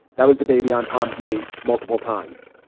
that was the baby on tom's knee multiple times.